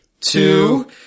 two